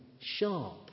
sharp